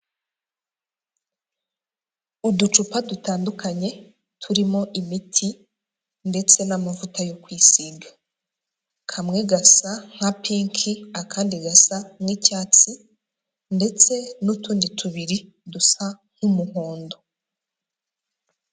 Uducupa dutandukanye turimo imiti ndetse n'amavuta yo kwisiga. Kamwe gasa nka pinki akandi gasa n'icyatsi, ndetse n'utundi tubiri dusa nk'umuhondo.